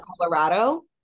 Colorado